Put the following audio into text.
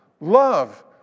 love